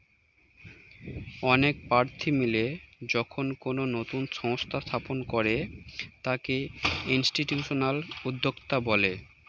অনেক প্রার্থী মিলে যখন কোনো নতুন সংস্থা স্থাপন করে তাকে ইনস্টিটিউশনাল উদ্যোক্তা বলে